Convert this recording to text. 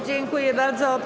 Dziękuję bardzo.